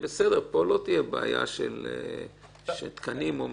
בעיה של תקנים,